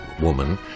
woman